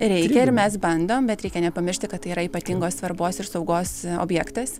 reikia ir mes bandom bet reikia nepamiršti kad tai yra ypatingos svarbos ir saugos objektas